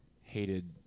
hated